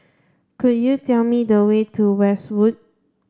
could you tell me the way to Westwood